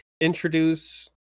introduce